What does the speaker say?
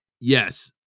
Yes